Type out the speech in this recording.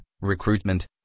recruitment